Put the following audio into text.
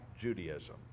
Judaism